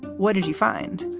what did you find?